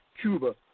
Cuba